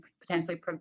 potentially